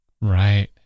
Right